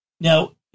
Now